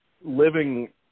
living